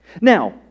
Now